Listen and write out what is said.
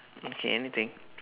okay anything